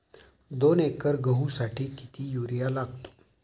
दोन एकर गहूसाठी किती युरिया लागतो?